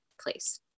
place